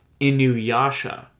inuyasha